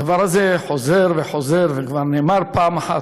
הדבר הזה חוזר וחוזר, וזה כבר נאמר פעם אחת.